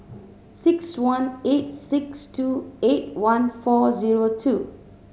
six one eight six two eight one four zero two